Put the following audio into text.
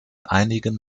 einigen